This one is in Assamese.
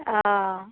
অ